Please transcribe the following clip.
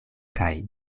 kaj